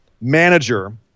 manager